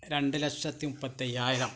രണ്ട് ലക്ഷത്തി മുപ്പത്തയ്യായിരം